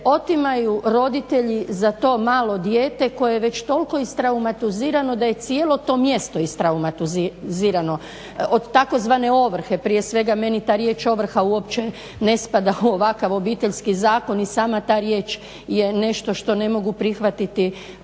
otimaju roditelji za to malo dijete koje već toliko istraumatizirano da je cijelo to mjesto istraumatizirano od tzv. ovrhe prije svega meni ta riječ ovrha uopće ne spada u ovakav obiteljski zakon i sama ta riječ je nešto što ne mogu prihvatiti